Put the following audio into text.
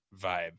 vibe